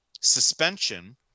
Suspension